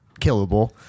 killable